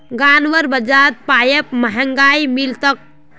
गांउर बाजारत पाईप महंगाये मिल तोक